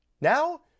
Now